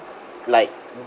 like